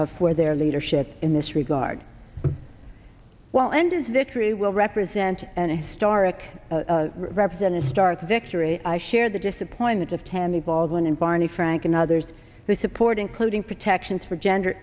where their leadership in this regard well and his victory will represent an historic represent a stark victory i share the disappointment of tammy baldwin and barney frank and others who support including protections for gender